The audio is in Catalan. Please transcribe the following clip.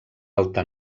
alta